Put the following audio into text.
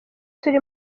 turi